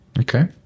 Okay